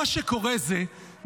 מה שקורה זה,